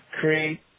create